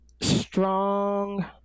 strong